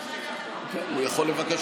הוא יכול לבקש